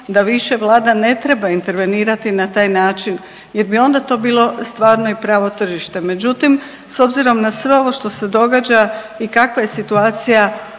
da više Vlada ne treba intervenirati na taj način jer bi onda to bilo stvarno i pravo tržište. Međutim, s obzirom na sve ovo što se događa i kakva je situacija